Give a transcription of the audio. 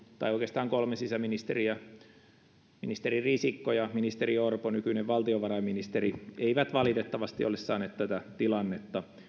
tai oikeastaan kolme sisäministeriään nykyinen sisäministeri mykkänen entinen ministeri risikko ja ministeri orpo nykyinen valtiovarainministeri eivät valitettavasti ole saaneet tätä tilannetta